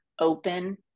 open